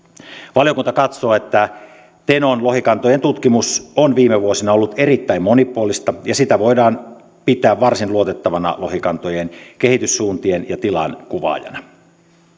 valiokunta katsoo että tenon lohikantojen tutkimus on viime vuosina ollut erittäin monipuolista ja sitä voidaan pitää varsin luotettavana lohikantojen kehityssuuntien ja tilan kuvaajana